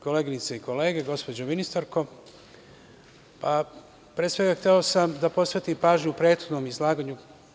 Koleginice i kolege, gospođo ministarko, pre svega, hteo sam da posvetim pažnju prethodnom izlaganju.